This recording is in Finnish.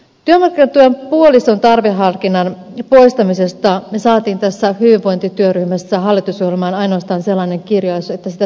työmarkkinatuen puolison tarveharkinnan poistamisesta me saimme tässä hyvinvointityöryhmässä hallitusohjelmaan ainoastaan sellaisen kirjauksen että sitä selvitetään